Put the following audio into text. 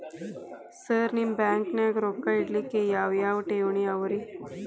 Sir ನಿಮ್ಮ ಬ್ಯಾಂಕನಾಗ ರೊಕ್ಕ ಇಡಲಿಕ್ಕೆ ಯಾವ್ ಯಾವ್ ಠೇವಣಿ ಅವ ರಿ?